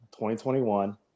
2021